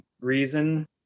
reason